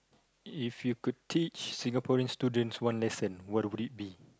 if you could teach Singaporean students one lesson what would it be